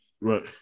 Right